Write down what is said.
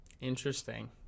Interesting